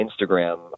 Instagram